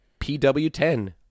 PW10